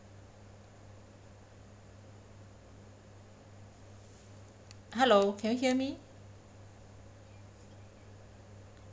hello can you hear me